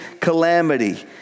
calamity